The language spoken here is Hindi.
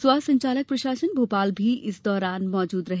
स्वास्थ्य संचालक प्रशासन भोपाल भी इस दौरान मौजूद रहे